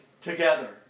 together